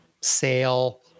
sale